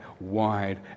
wide